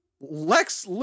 Lex